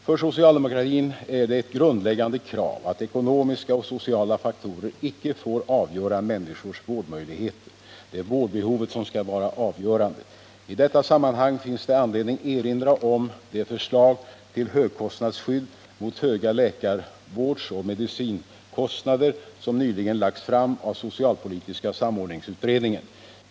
För socialdemokratin är det ett grundläggande krav att ekonomiska och sociala faktorer inte får avgöra människors vårdmöjligheter. Det är vårdbehovet som skall vara avgörande. I detta sammanhang finns det anledning erinra om det förslag till högkostnadsskydd mot höga läkarvårdsoch medicinkostnader som nyligen lagts fram av socialpolitiska samordningsutredningen.